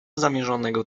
zamierzonego